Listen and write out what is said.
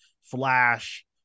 Flash